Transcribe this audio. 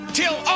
till